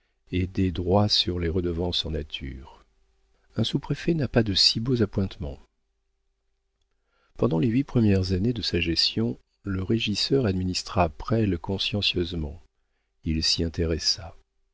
et des droits sur les redevances en nature un sous-préfet n'a pas de si beaux appointements pendant les huit premières années de sa gestion le régisseur administra presles consciencieusement il s'y intéressa